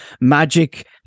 magic